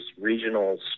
regional